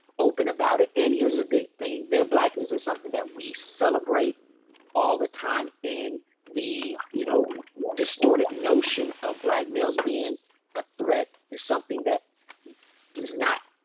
open about it. and here's the thing. their blackness is something that we celebrate all the time in the you know distorted notion of black males being a threat, is something that does not,